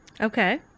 Okay